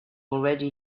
already